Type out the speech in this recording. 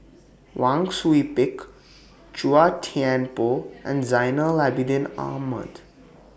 Wang Sui Pick Chua Thian Poh and Zainal Abidin Ahmad